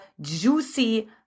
juicy